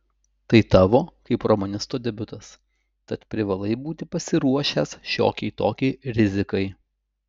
tai tavo kaip romanisto debiutas tad privalai būti pasiruošęs šiokiai tokiai rizikai